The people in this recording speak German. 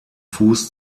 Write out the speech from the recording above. fuß